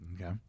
Okay